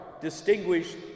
distinguished